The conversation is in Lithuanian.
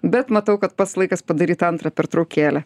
bet matau kad pats laikas padaryt antrą pertraukėlę